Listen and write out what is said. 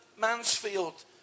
Mansfield